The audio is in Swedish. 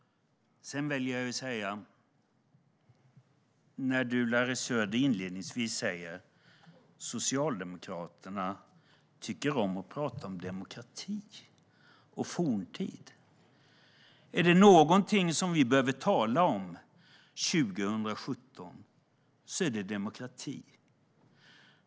Larry Söder sa inledningsvis att Socialdemokraterna tycker om att prata om demokrati och forntid. Om det är något som vi behöver tala om 2017 är det demokrati.